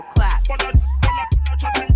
Clap